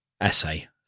essay